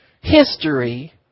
history